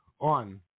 on